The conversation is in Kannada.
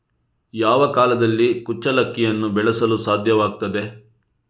ಯಾವ ಕಾಲದಲ್ಲಿ ಕುಚ್ಚಲಕ್ಕಿಯನ್ನು ಬೆಳೆಸಲು ಸಾಧ್ಯವಾಗ್ತದೆ?